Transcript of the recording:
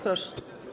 Proszę.